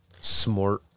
Smart